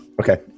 Okay